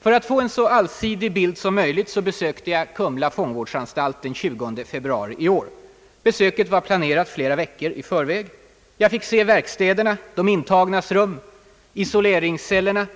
För att få en så allsidig bild som å fångvårdsanstalt möjligt besökte jag Kumla fångvårdsanstalt den 20 februari i år. Besöket var planerat flera veckor i förväg. Jag fick se verkstäderna, de intagnas rum, isoleringscellerna,